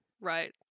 right